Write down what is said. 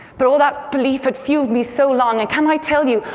but all that belief had fueled me so long. and can i tell you,